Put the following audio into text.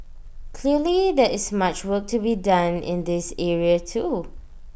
clearly there is much work to be done in this area too